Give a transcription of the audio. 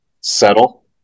settle